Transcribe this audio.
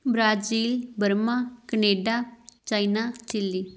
Brazil Burma Canada China Chile